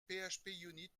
phpunit